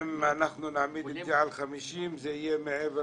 אם נעמיד את זה על 50 זה יהיה מעבר